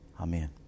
Amen